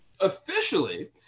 Officially